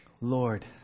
Lord